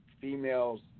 females